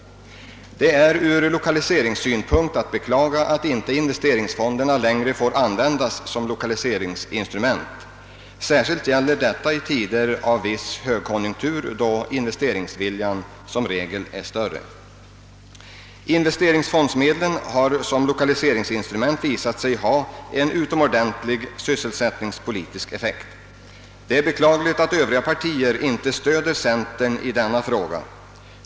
Det är ur lokaliseringssynpunkt att beklaga att investeringsfonderna inte längre får användas som lokaliseringsinstrument. Särskilt gäller detta i tider av viss högkonjunktur då investeringsviljan som regel är större. Investeringsfondsmedlen har som lokaliseringsinstrument visat sig ha en utomordentligt god sysselsättningspolitisk effekt. Det är beklagligt att övriga partier inte stöder centern i denna fråga.